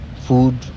food